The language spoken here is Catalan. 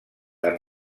amb